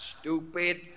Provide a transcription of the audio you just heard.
stupid